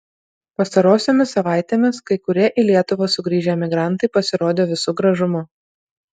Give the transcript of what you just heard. pastarosiomis savaitėmis kai kurie į lietuvą sugrįžę emigrantai pasirodė visu gražumu